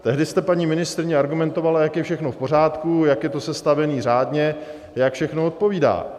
Tehdy jste, paní ministryně, argumentovala, jak je všechno v pořádku, jak je to sestaveno řádně, jak všechno odpovídá.